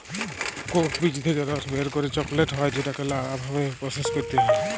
Coke বীজ থেক্যে রস বের করে চকলেট হ্যয় যেটাকে লালা ভাবে প্রসেস ক্যরতে হ্য়য়